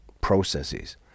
processes